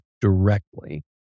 directly